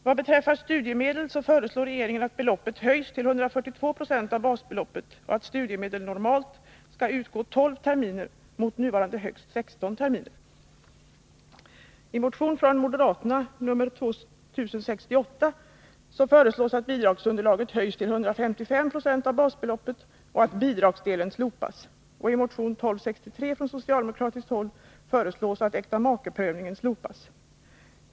Vad beträffar studiemedel föreslår regeringen att beloppet höjs till 142 20 av basbeloppet och att studiemedel normalt skall kunna utgå 12 terminer mot nuvarande högst 16 terminer. I motion 2068 från moderaterna föreslås att bidragsunderlaget höjs till 155 96 av basbeloppet och att bidragsdelen slopas. Och i motion 1263 från socialdemokratiskt håll föreslås att äktamakeprövningen slopas.